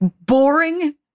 Boring